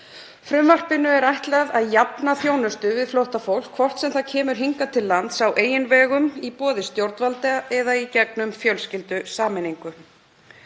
Frumvarpinu er ætlað að jafna þjónustu við flóttafólk, hvort sem það kemur hingað til lands á eigin vegum, í boði stjórnvalda eða í gegnum fjölskyldusameiningu.